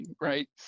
right